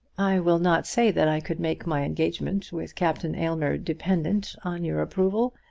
i will not say that i could make my engagement with captain aylmer dependent on your approval.